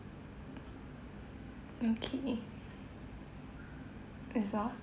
okay ezza